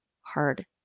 hard